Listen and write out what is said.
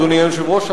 אדוני היושב-ראש,